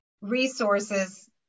resources